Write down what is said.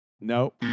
Nope